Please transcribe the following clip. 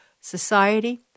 society